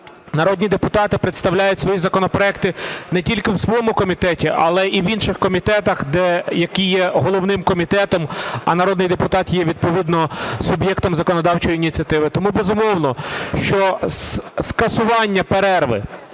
Народні депутати представляють свої законопроекти не тільки в своєму комітеті, але і в інших комітетах, який є головним комітетом, а народний депутат є відповідно суб'єктом законодавчої ініціативи. Тому, безумовно, що скасування перерви